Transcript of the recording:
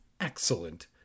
excellent